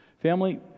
Family